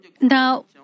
Now